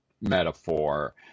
metaphor